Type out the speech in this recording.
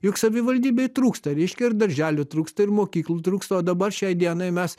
juk savivaldybei trūksta reiškia ir darželių trūksta ir mokyklų trūksta o dabar šiai dienai mes